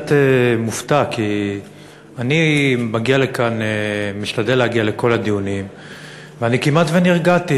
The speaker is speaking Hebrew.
קצת מופתע כי אני משתדל להגיע לכל הדיונים ואני כמעט ונרגעתי.